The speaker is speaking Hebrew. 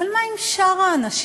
אבל מה עם שאר האנשים?